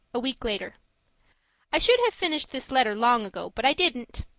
a week later i should have finished this letter long ago, but i didn't.